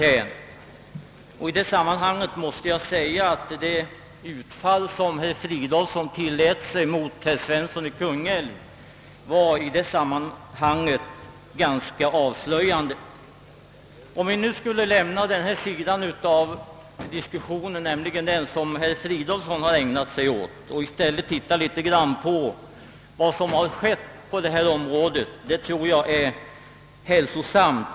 Jag vill i detta sammanhang säga, att det utfall som herr Fridolfsson tillät sig mot herr Svensson i Kungälv var ganska avslöjande. Jag skall nu lämna den del av frågan som herr Fridolfsson ägnat sig åt och i stället se på vad som skett på detta område, ty jag tror att det kan vara värdefullt.